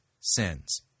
sins